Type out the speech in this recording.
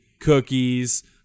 Cookies